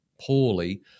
poorly